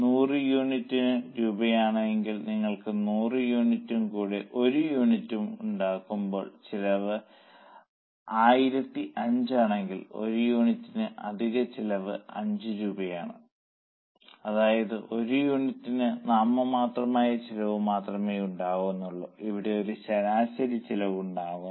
100 യൂണിറ്റിന് 1000 രൂപയാണെങ്കിൽ നിങ്ങൾ 100 യൂണിറ്റും കൂടെ ഒരു യൂണിറ്റും ഉണ്ടാക്കുമ്പോൾ ചെലവ് 1005 ആണെങ്കിൽ 1 യൂണിറ്റിന് അധിക ചിലവ് 5 രൂപയാണ് അതായത് ഒരു യൂണിറ്റിന് നാമമാത്രമായ ചിലവു മാത്രമേ ഉണ്ടാകുന്നുള്ളൂ ഇവിടെ ഒരു ശരാശരി ചെലവ് ഉണ്ടാകുന്നു